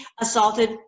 assaulted